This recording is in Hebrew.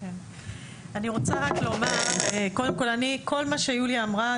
אני מסכימה לכל מה שיוליה אמרה.